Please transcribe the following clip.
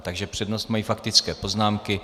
Takže přednost mají faktické poznámky.